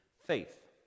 faith